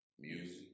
music